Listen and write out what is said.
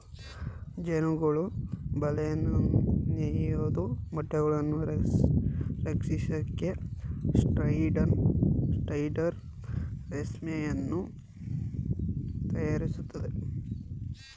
ಜೇಡಗಳು ಬಲೆನ ನೇಯೋದು ಮೊಟ್ಟೆಗಳನ್ನು ರಕ್ಷಿಸೋಕೆ ಸ್ಪೈಡರ್ ರೇಷ್ಮೆಯನ್ನು ತಯಾರಿಸ್ತದೆ